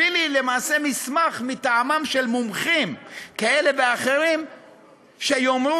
לי מסמך מטעמם של מומחים כאלה ואחרים שיאמרו